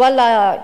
ואללה,